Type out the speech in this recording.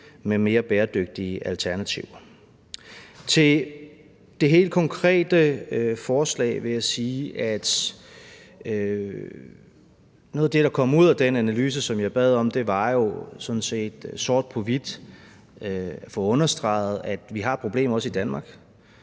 med mere bæredygtige alternativer. Til det helt konkrete forslag vil jeg sige, at noget af det, der kom ud af den analyse, som jeg bad om, jo var sort på hvidt at få understreget, at vi har problemer også i Danmark.